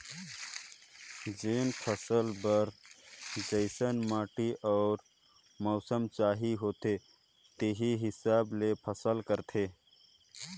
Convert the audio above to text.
जेन फसल बर जइसन माटी अउ मउसम चाहिए होथे तेही हिसाब ले फसल करथे